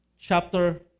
chapter